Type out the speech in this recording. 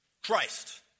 Christ